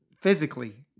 physically